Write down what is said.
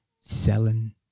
selling